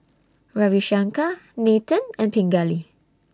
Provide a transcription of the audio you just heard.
Ravi Shankar Nathan and Pingali